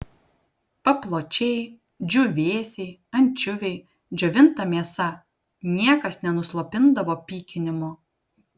papločiai džiūvėsiai ančiuviai džiovinta mėsa niekas nenuslopindavo pykinimo